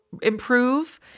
improve